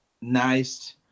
nice